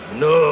no